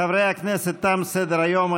חברי הכנסת, תם סדר-היום.